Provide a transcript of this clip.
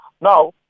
Now